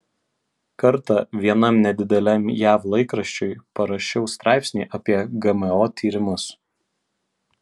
kartą vienam nedideliam jav laikraščiui parašiau straipsnį apie gmo tyrimus